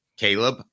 Caleb